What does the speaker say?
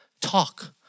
Talk